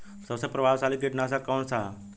सबसे प्रभावशाली कीटनाशक कउन सा ह?